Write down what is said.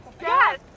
Yes